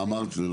מה אמרת?